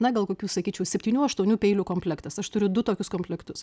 na gal kokių sakyčiau septynių aštuonių peilių komplektas aš turiu du tokius komplektus